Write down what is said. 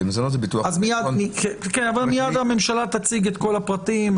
אבל מיד הממשלה תציג את כל הפרטים,